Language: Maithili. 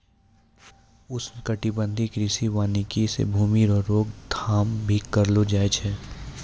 उष्णकटिबंधीय कृषि वानिकी से भूमी रो रोक थाम भी करलो जाय छै